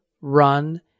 run